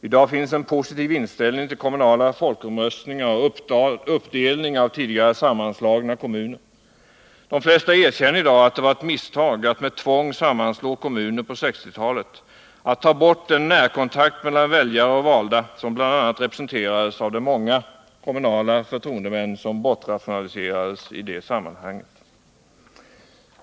I dag finns en positiv inställning till kommunala folkomröstningar och uppdelning av tidigare sammanslagna kommuner. De flesta erkänner i dag att det var ett misstag att med tvång sammanslå kommuner på 1960-talet, att ta bort den närkontakt mellan väljare och valda som bl.a. representerades av de många kommunala förtroendemän som bortrationaliserades i det sammanhanget.